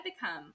become